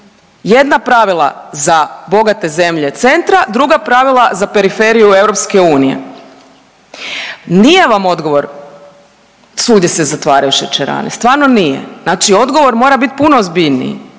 Jedna pravila za bogate zemlje centra, druga pravila za periferiju EU. Nije vam odgovor svugdje se zatvaraju šećerane, stvarno nije. Znači odgovor mora biti puno ozbiljniji,